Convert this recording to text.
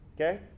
Okay